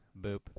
Boop